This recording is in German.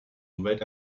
umwelt